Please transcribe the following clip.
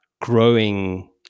growing